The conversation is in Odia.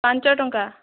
ପାଞ୍ଚ ଟଙ୍କା